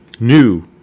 New